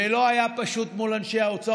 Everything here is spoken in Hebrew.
ולא היה פשוט מול אנשי האוצר.